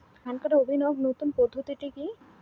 ধান কাটার অভিনব নতুন পদ্ধতিটি কি?